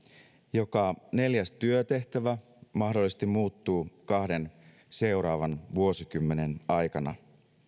joka neljäs työtehtävä mahdollisesti muuttuu kahden seuraavan vuosikymmenen aikana